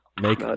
Make